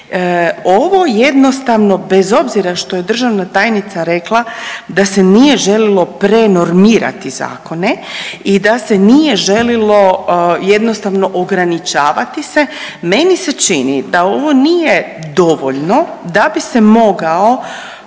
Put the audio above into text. Ovo jednostavno bez obzira što je državna tajnica rekla da se nije želilo prenormirati zakone i da se nije želilo jednostavno ograničavati se, meni se čini da ovo nije dovoljno da bi se mogao